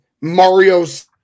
Mario's